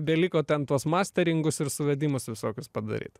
beliko ten tuos masteringus ir suvedimus visokius padaryt